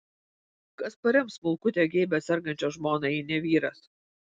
kas parems smulkutę geibią sergančią žmoną jei ne vyras